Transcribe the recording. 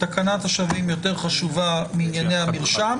תקנת השבים יותר חשובה מענייני המרשם,